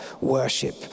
worship